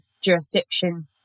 jurisdiction